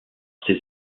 ses